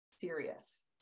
serious